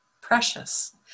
precious